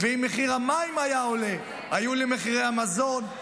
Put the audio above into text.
ואם מחיר המים היה עולה היו עולים מחירי המזון,